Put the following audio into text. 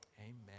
amen